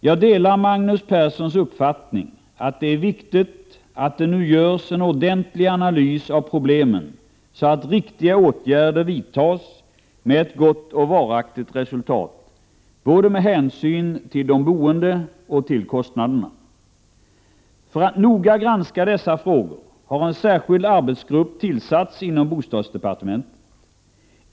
Jag delar Magnus Perssons uppfattning att det är viktigt att det nu görs en ordentlig analys av problemen så att riktiga åtgärder vidtas med ett gott och varaktigt resultat, med hänsyn både till de boende och till kostnaderna. För att noga granska dessa frågor har en särskild arbetsgrupp tillsatts inom bostadsdepartementet.